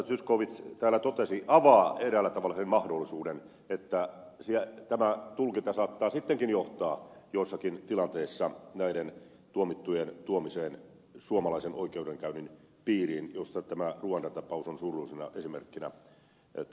zyskowicz täällä totesi avaa eräällä tavalla sen mahdollisuuden että tämä tulkinta saattaa sittenkin johtaa joissakin tilanteissa näiden tuomittujen tuomiseen suomalaisen oikeudenkäynnin piiriin josta tämä ruanda tapaus on surullisena esimerkkinä täällä mainittu